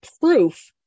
proof